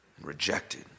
Rejected